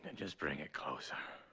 and just bring it closer.